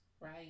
right